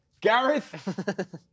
Gareth